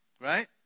Right